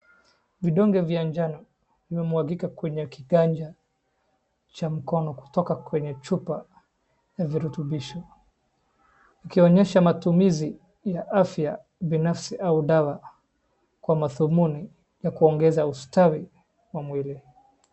Vidonge vya njano kimemwagika kwenye kiganja, cha mkono kutoka kwenye chupa yenye virutubishi, ikionyesha matumizi na afya binafsi au dawa kwa mathumuni ya kuongeza ustawi wa mwili.